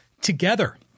together